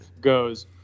goes